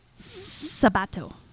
Sabato